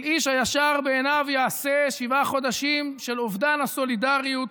של "איש הישר בעיניו יעשה"; שבעה חודשים של אובדן הסולידריות.